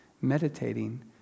meditating